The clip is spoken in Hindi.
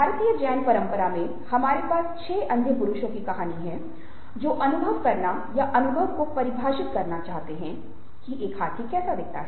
भारतीय जैन परंपरा में हमारे पास छह अंधे पुरुषों की कहानी है जो अनुभव करना या अनुभव को परिभाषित करना चाहते थे कि एक हाथी कैसा था